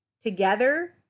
together